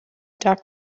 dug